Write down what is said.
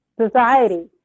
Society